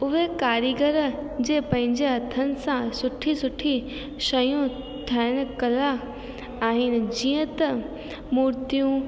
उहे कारीगर जे पंहिंजे हथनि सां सुठी सुठी शयूं ठाहिणु कला आहिनि जीअं त मूर्तियूं